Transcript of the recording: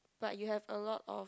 but you have a lot of